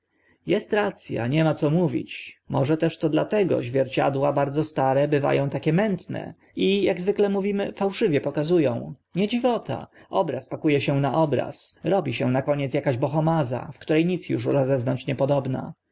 nie ma co mówić może też to dlatego zwierciadła bardzo stare bywa ą takie mętne i ak zwykle mówimy fałszywie pokazują nie dziwota obraz paku e się na obraz robi się na koniec akaś bohomaza w które nic uż rozeznać niepodobna